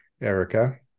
erica